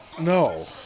No